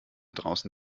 draußen